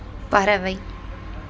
பறவை